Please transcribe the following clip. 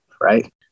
right